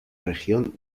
región